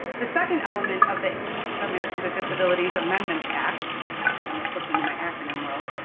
the second element of the americans with disabilities amendments act, i almost slipped into my acronym world.